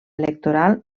electoral